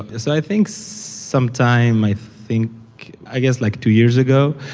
ah so i think sometime, i think i guess like two years ago.